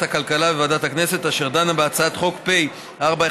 הכלכלה ולוועדת הכנסת אשר דנה בהצעת חוק פ/4143/20,